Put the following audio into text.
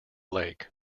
lake